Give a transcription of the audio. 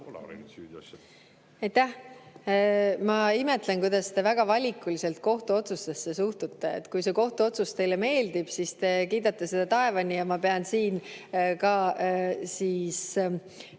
Ma imetlen, kuidas te väga valikuliselt kohtuotsustesse suhtute. Kui see kohtuotsus teile meeldib, siis te kiidate seda taevani. Ja ma pean siin ka Riigikogu